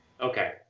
Okay